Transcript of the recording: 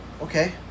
Okay